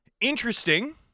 Interesting